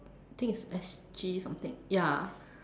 think it's S_G something ya